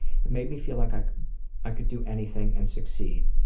it made me feel like i i could do anything and succeed.